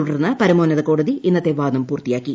തുടർന്ന് പരമോന്നത കോടതി ഇന്നത്തെ വാദം പൂർത്തിയാക്കി